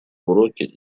уроки